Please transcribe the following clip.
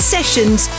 Sessions